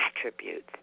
attributes